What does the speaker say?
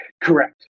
Correct